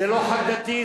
זה לא חג דתי,